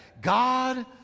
God